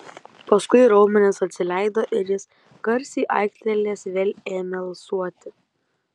paskui raumenys atsileido ir jis garsiai aiktelėjęs vėl ėmė alsuoti